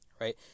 right